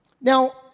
Now